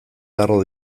garro